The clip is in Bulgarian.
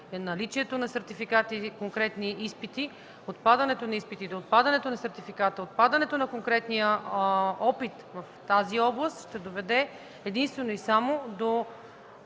наличието на сертификати или конкретни изпити. Отпадането на изпитите, отпадането на сертификата, отпадането на конкретния опит в тази област ще доведе единствено и само до